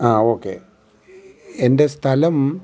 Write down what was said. ആ ഓക്കെ എൻ്റെ സ്ഥലം